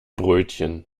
brötchen